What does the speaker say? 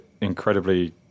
incredibly